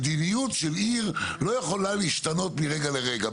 מדיניות של עיר לא יכולה להשתנות מרגע לרגע.